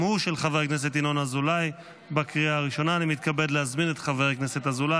אושרה בקריאה הראשונה ותחזור לדיון